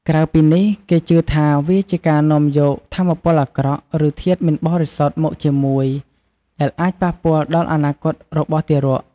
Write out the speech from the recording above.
ក្រៅពីនេះ គេក៏ជឿថាវាជាការនាំយកថាមពលអាក្រក់ ឬធាតុមិនបរិសុទ្ធមកជាមួយ ដែលអាចប៉ះពាល់ដល់អនាគតរបស់ទារក។